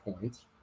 points